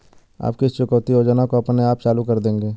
आप किस चुकौती योजना को अपने आप चालू कर देंगे?